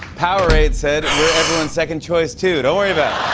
powerade said, we're everyone's second choice, too. don't worry about